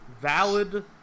Valid